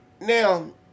Now